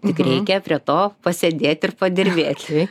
tik reikia prie to pasėdėti ir padirbėti